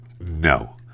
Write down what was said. No